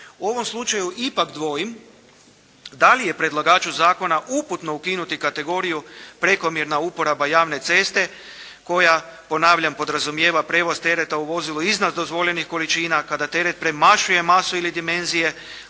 U ovom slučaju ipak dvojim da je predlagaču zakona uputno ukinuti kategoriju prekomjerna uporaba javne ceste koja ponavljam podrazumijeva prijevoz tereta u vozilu iznad dozvoljenih količina, kada teret premašuje masu ili dimenzije,